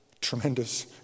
tremendous